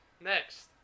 Next